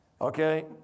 Okay